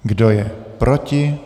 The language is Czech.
Kdo je proti?